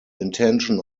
intention